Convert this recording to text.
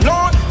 Lord